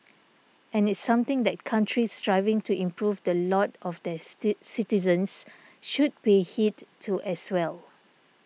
and it's something that countries striving to improve the lot of their citizens should pay heed to as well